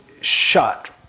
shot